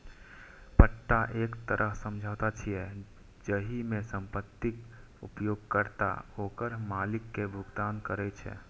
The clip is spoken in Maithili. पट्टा एक तरह समझौता छियै, जाहि मे संपत्तिक उपयोगकर्ता ओकर मालिक कें भुगतान करै छै